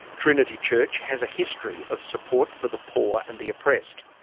trinity church has a history of support for the poor and the oppressed,